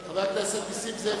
לא לדבר, חבר הכנסת נסים זאב